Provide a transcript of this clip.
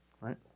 right